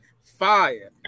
fire